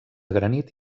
granit